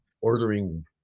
ordering